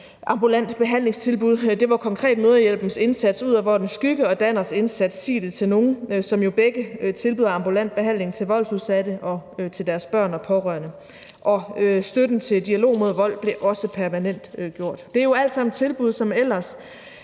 ambulant behandlingstilbud. Det var konkret Mødrehjælpens indsats »Ud af Voldens Skygge« og Danners indsats »Sig det til nogen«, som jo begge tilbyder ambulant behandling til voldsudsatte og til deres børn og pårørende. Støtten til »Dialog mod Vold« blev også permanentgjort. Det er jo alt sammen tilbud, som ellers